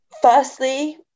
Firstly